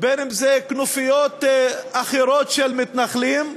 אם כנופיות אחרות של מתנחלים,